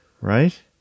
right